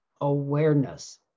Awareness